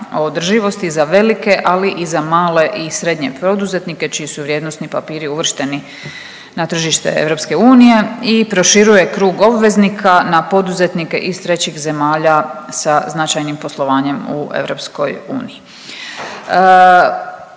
održivosti za velike, ali i za male i srednje poduzetnike čiji su vrijednosni papiri uvršteni na tržište EU i proširuje krug obveznika na poduzetnike iz trećih zemalja sa značajnim poslovanjem u EU.